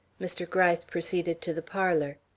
mr. gryce proceeded to the parlor.